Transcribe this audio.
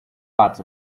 parts